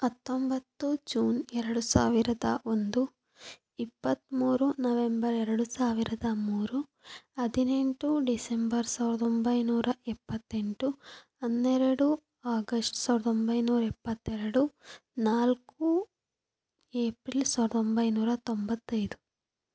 ಹತ್ತೊಂಬತ್ತು ಜೂನ್ ಎರಡು ಸಾವಿರದ ಒಂದು ಇಪ್ಪತ್ತ್ಮೂರು ನವೆಂಬರ್ ಎರಡು ಸಾವಿರದ ಮೂರು ಹದಿನೆಂಟು ಡಿಸೆಂಬರ್ ಸಾವಿರದೊಂಬೈನೂರ ಎಪ್ಪತ್ತೆಂಟು ಹನ್ನೆರಡು ಆಗಸ್ಟ್ ಸಾವಿರದೊಂಬೈನೂರ ಎಪ್ಪತ್ತೆರಡು ನಾಲ್ಕು ಏಪ್ರಿಲ್ ಸಾವಿರದೊಂಬೈನೂರ ತೊಂಬತ್ತೈದು